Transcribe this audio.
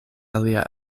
alia